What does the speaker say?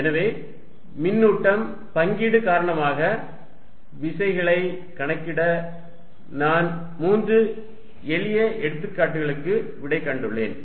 எனவே மின்னூட்டம் பங்கீடு காரணமாக விசைகளை கணக்கிட நான் மூன்று எளிய எடுத்துக்காட்டுகளுக்கு விடை கண்டுள்ளேன்